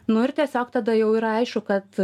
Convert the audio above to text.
nu ir tiesiog tada jau yra aišku kad